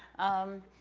um,